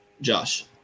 Josh